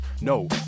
no